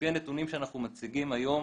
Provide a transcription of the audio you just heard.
לפי הנתונים שאנחנו מציגים היום,